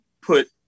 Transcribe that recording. put